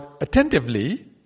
attentively